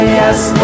yes